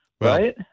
right